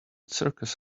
circus